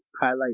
highlight